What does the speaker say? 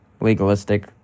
legalistic